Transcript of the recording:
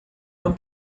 uma